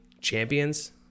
champions